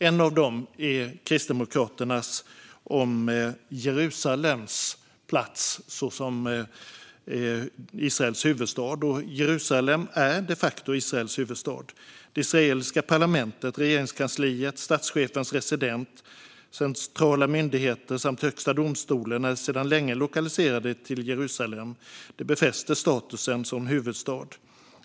En av dem är Kristdemokraternas om Jerusalems plats som Israels huvudstad. Jerusalem är de facto Israels huvudstad. Det israeliska parlamentet, regeringskansliet, statschefens residens, centrala myndigheter samt högsta domstolen är sedan länge lokaliserade till Jerusalem. De befäster statusen som huvudstad.